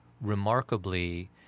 remarkably